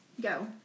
Go